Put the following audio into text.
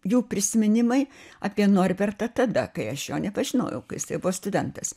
jų prisiminimai apie norbertą tada kai aš jo nepažinojau kai jisai buvo studentas